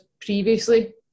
previously